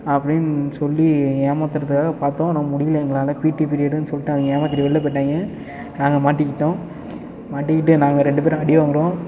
அப்படினு சொல்லி ஏமாற்றுறதுக்காக பார்த்தோம் ஆனால் முடியல எங்களால் பீட்டி பீரியடுனு சொல்லிட்டு அவங்க ஏமாற்றிட்டு வெளில போயிட்டாங்க நாங்கள் மாட்டிக்கிட்டோம் மாட்டிக்கிட்டு நாங்கள் ரெண்டு பேரும் அடி வாங்கிறோம்